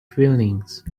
feelings